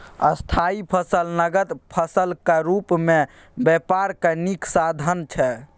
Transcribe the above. स्थायी फसल नगद फसलक रुप मे बेपारक नीक साधन छै